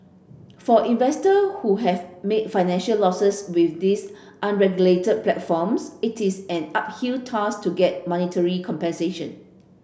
for investor who have made financial losses with these unregulated platforms it is an uphill task to get monetary compensation